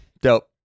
dope